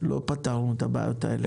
לא פתרנו את הבעיות האלה.